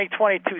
2022